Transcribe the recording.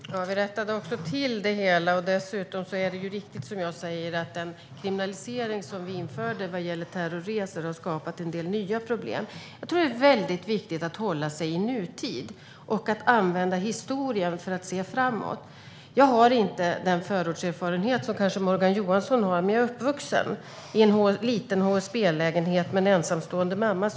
Herr talman! Vi rättade också till det hela. Dessutom är det riktigt som jag säger att den kriminalisering av terrorresor som vi införde har skapat en del nya problem. Jag tror att det är väldigt viktigt att hålla sig i nutid och att använda historien till att se framåt. Jag har inte den förortserfarenhet som Morgan Johansson kanske har, men jag är uppvuxen i en liten HSB-lägenhet med en ensamstående mamma.